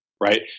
Right